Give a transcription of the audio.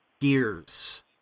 gears